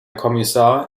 kommissar